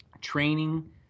training